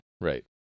Right